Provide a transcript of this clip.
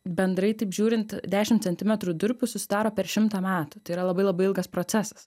bendrai taip žiūrint dešimt centimetrų durpių susidaro per šimtą metų tai yra labai labai ilgas procesas